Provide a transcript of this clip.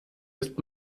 ist